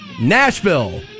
Nashville